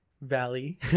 valley